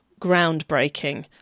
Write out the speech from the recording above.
groundbreaking